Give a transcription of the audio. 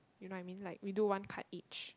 you know I mean like we do one card each